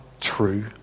true